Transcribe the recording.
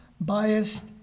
biased